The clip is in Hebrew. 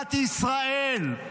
במדינת ישראל?